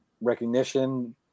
recognition